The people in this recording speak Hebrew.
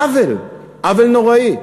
עוול, עוול נוראי.